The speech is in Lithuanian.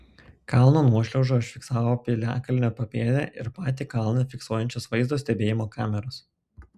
kalno nuošliaužą užfiksavo piliakalnio papėdę ir patį kalną fiksuojančios vaizdo stebėjimo kameros